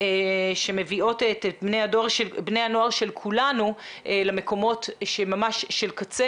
שמביאות את בני הנוער של כולנו למקומות של קצה.